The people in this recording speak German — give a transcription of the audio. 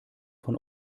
von